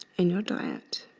in your diet.